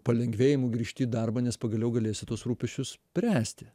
palengvėjimu grįžti į darbą nes pagaliau galėsiu tuos rūpesčius spręsti